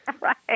right